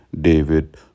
David